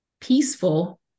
peaceful